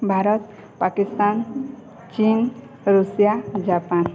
ଭାରତ ପାକିସ୍ତାନ୍ ଚୀନ୍ Russia Japan